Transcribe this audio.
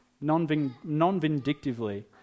non-vindictively